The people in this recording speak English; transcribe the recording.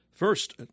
First